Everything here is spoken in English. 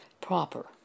proper